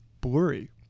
blurry